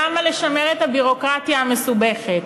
למה לשמר את הביורוקרטיה המסובכת?